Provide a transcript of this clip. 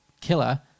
killer